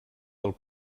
del